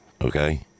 okay